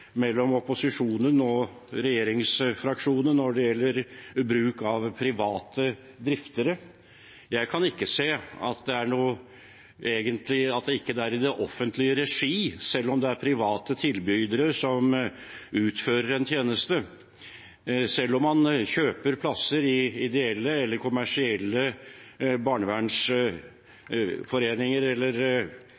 mellom opposisjonen og regjeringsfraksjonen når det gjelder bruk av private driftere. Jeg kan ikke se at det ikke er i offentlig regi selv om det er private tilbydere som utfører en tjeneste. Selv om man kjøper plasser i ideelle eller kommersielle